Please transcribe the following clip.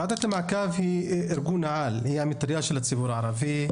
ועדת המעקב היא ארגון על היא המטרייה של הציבור הערבי,